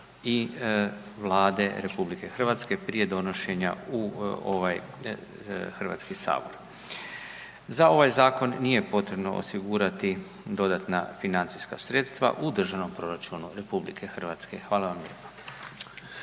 i Vlade Republike Hrvatske prije donošenja u ovaj Hrvatski sabor. Za ovaj Zakon nije potrebno osigurati dodatna financijska sredstva u državnom proračunu Republike Hrvatske. Hvala vam lijepa.